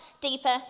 deeper